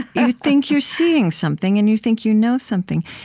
you think you're seeing something, and you think you know something.